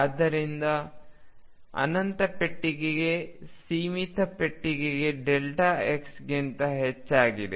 ಆದ್ದರಿಂದ ಅನಂತ ಪೆಟ್ಟಿಗೆಗೆ ಸೀಮಿತ ಪೆಟ್ಟಿಗೆx ಗಿಂತ ಹೆಚ್ಚಾಗಿದೆ